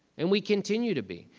and we continue to be,